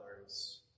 others